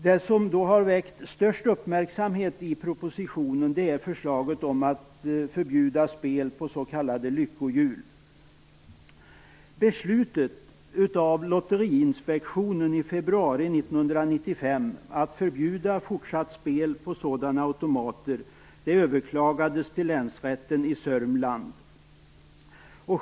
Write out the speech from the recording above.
Det som väckt störst uppmärksamhet i propositionen är förslaget att förbjuda spel på s.k. lyckohjul. Lotterinspektionens beslut i februari 1995 att förbjuda fortsatt spel på sådana automater överklagades till länsrätten i Södermanland.